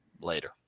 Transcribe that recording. later